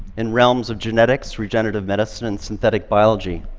in realms of genetics, regenerative medicine and synthetic biology,